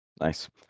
nice